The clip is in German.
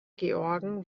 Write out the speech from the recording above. georgen